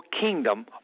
kingdom